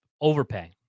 Overpay